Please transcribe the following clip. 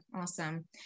Awesome